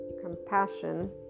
compassion